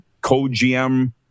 co-GM